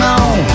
on